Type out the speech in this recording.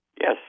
Yes